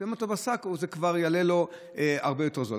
אם שמים את זה בשק זה כבר יעלה הרבה יותר זול.